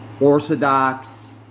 Orthodox